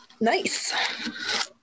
Nice